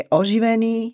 oživený